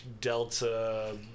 delta